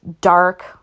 dark